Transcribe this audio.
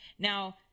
Now